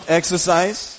exercise